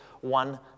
one